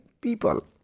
people